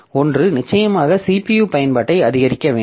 ஒன்று நிச்சயமாக CPU பயன்பாட்டை அதிகரிக்க வேண்டும்